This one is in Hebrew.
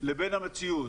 לבין המציאות.